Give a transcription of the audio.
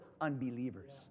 unbelievers